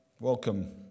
Welcome